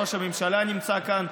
ראש הממשלה נמצא כאן,